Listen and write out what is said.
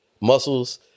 Muscles